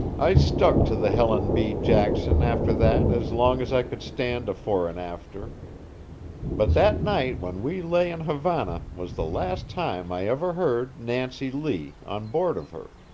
i stuck to the helen b. jackson after that as long as i could stand a fore-and-after but that night when we lay in havana was the last time i ever heard nancy lee on board of her.